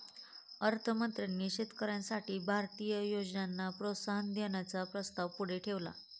अर्थ मंत्र्यांनी शेतकऱ्यांसाठी भारतीय योजनांना प्रोत्साहन देण्याचा प्रस्ताव पुढे ठेवला